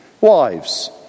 Wives